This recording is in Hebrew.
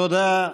תודה,